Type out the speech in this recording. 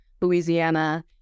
Louisiana